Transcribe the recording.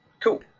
Cool